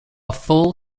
full